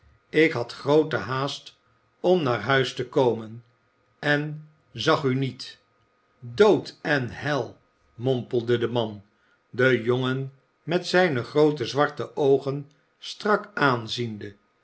ik had groote haast om naar huis te komen en zag u niet dood en hel mompelde de man den jongen met zijne groote zwarte oogen strak aanziende